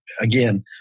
Again